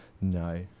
No